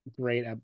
great